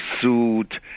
suit